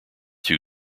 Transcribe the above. two